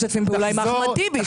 אתם משתפים פעולה עם אחמד טיבי,